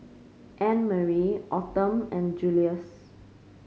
Annmarie Autumn and Julius